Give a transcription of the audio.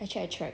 actually I tried